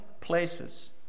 places